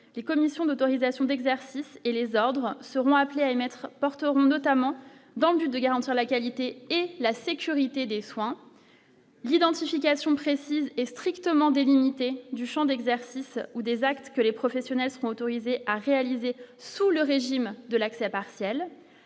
des commissions d'autorisation d'exercice et les ordres seront appelés à émettre porteront notamment dans le but de garantir la qualité et la sécurité des soins d'identification précise et strictement délimité du Champ d'exercice ou des actes que les professionnels sont autorisés à réaliser sous le régime de l'accès partiel